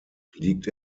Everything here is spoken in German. liegt